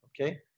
Okay